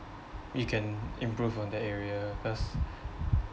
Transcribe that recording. you can improve on that area cause